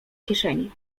kieszeni